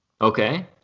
Okay